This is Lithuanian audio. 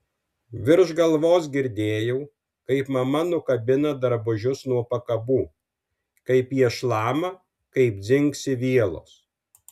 virš galvos girdėjau kaip mama nukabina drabužius nuo pakabų kaip jie šlama kaip dzingsi vielos